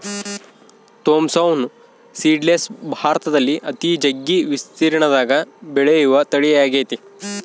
Thompson seedless ಭಾರತದಲ್ಲಿ ಅತಿ ಜಗ್ಗಿ ವಿಸ್ತೀರ್ಣದಗ ಬೆಳೆಯುವ ತಳಿಯಾಗೆತೆ